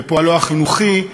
בפועלו החינוכי,